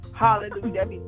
Hallelujah